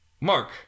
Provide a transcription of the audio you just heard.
mark